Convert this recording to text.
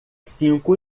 cinco